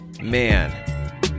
man